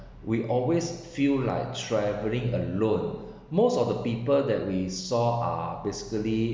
we always feel like travelling alone most of the people that we saw are basically